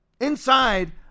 inside